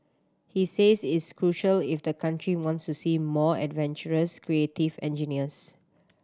he says it's crucial if the country wants to see more adventurous creative engineers